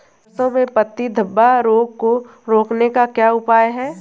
सरसों में पत्ती धब्बा रोग को रोकने का क्या उपाय है?